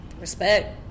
Respect